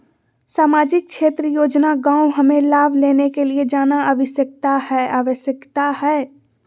सामाजिक क्षेत्र योजना गांव हमें लाभ लेने के लिए जाना आवश्यकता है आवश्यकता है?